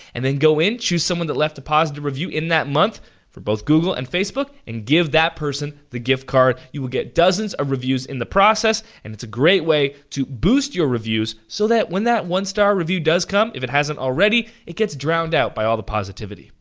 and then go in, choose someone who left a positive review in that month for both google and facebook, and give that person the gift card. you will get dozens of reviews in the process, and it's a great way to boost your reviews so that when that one star review does come, if it hasn't already, it gets drowned out by all the positivity.